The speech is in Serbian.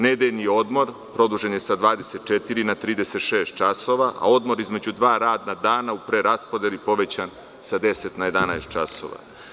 Nedeljni odmor produžen je sa 24 na 36 časova, a odmor između dva radna dana u preraspodeli povećan sa 10 na 11 časova.